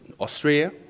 Australia